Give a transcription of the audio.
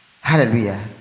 Hallelujah